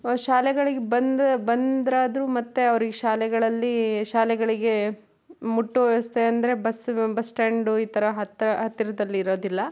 ಶಾಲೆಗಳಿಗೆ ಬಂದು ಬಂದರೆ ಆದರು ಮತ್ತೆ ಅವ್ರಿಗೆ ಶಾಲೆಗಳಲ್ಲಿ ಶಾಲೆಗಳಿಗೆ ಮುಟ್ಟುವ ವ್ಯವಸ್ಥೆ ಅಂದರೆ ಬಸ್ ಬಸ್ ಸ್ಟಾಂಡು ಈ ಥರ ಹತ್ತಿರ ಹತ್ತಿರದಲ್ಲಿ ಇರೋದಿಲ್ಲ